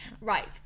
right